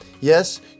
Yes